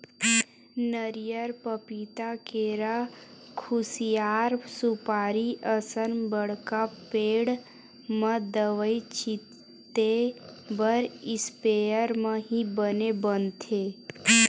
नरियर, पपिता, केरा, खुसियार, सुपारी असन बड़का पेड़ म दवई छिते बर इस्पेयर म ही बने बनथे